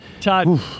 Todd